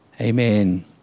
Amen